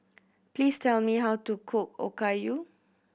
please tell me how to cook Okayu